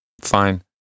fine